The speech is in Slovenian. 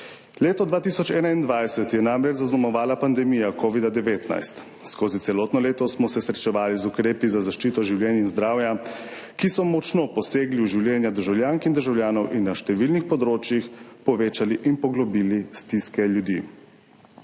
Leto 2021 je namreč zaznamovala pandemija covida-19. Skozi celotno leto smo se srečevali z ukrepi za zaščito življenja in zdravja, ki so močno posegli v življenja državljank in državljanov in na številnih področjih povečali ter poglobili stiske ljudi.